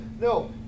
No